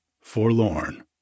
forlorn